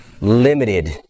limited